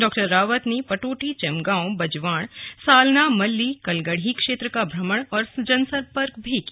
डॉ रावत ने पटोटी चमगांव बजवाड़ सालना मल्ली कलगढ़ी क्षेत्र का भ्रमण और जनसम्पर्क भी किया